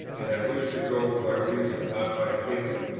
and i wish to go by reason, not by feeling.